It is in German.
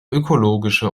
ökologische